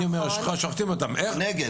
אני אומר שוחטים אותם --- נגד.